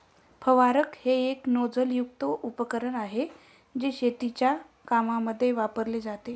फवारक हे एक नोझल युक्त उपकरण आहे, जे शेतीच्या कामांमध्ये वापरले जाते